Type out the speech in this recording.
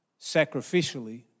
sacrificially